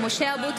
(קוראת בשמות חברי הכנסת) משה אבוטבול,